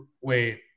wait